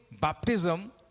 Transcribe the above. baptism